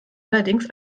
allerdings